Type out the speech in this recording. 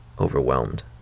overwhelmed